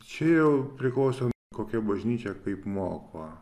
čia jau priklausomi kokia bažnyčia kaip moko